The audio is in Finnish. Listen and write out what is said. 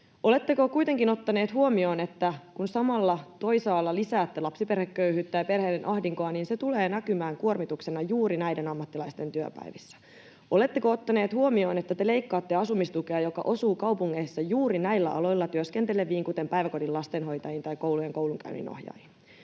Oletteko kuitenkin ottaneet huomioon, että kun samalla toisaalla lisäätte lapsiperheköyhyyttä ja perheiden ahdinkoa, niin se tulee näkymään kuormituksena juuri näiden ammattilaisten työpäivissä? Oletteko ottaneet huomioon, että te leikkaatte asumistukea, joka osuu kaupungeissa juuri näillä aloilla työskenteleviin, kuten päiväkodin lastenhoitajiin tai koulujen koulunkäynninohjaajiin?